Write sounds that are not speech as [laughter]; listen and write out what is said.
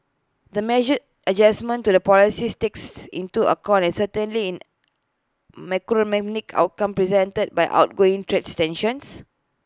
the measured adjustment to the policy stance takes into [unintelligible] the uncertainty in macroeconomic outcomes presented by ongoing trades tensions